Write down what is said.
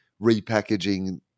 repackaging